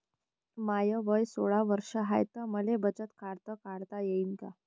माय वय सोळा वर्ष हाय त मले बचत खात काढता येईन का?